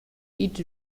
each